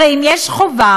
הרי אם יש חובה,